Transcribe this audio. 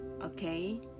Okay